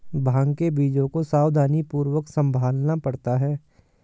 भांग के बीजों को सावधानीपूर्वक संभालना पड़ता है